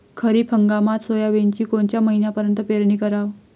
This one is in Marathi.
खरीप हंगामात सोयाबीनची कोनच्या महिन्यापर्यंत पेरनी कराव?